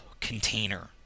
container